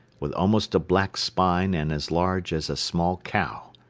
with almost a black spine and as large as a small cow.